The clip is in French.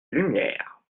lumière